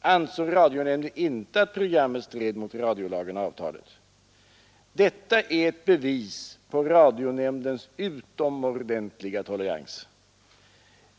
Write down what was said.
ansåg radionämnden inte att programmet stred mot radiolagen och avtalet. Detta är ett bevis på radionämndens utomordentliga tolerans.